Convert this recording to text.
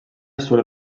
surt